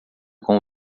com